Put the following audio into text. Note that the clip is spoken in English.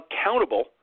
accountable